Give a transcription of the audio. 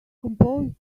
composed